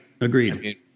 Agreed